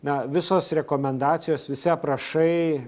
na visos rekomendacijos visi aprašai